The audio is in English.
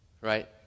right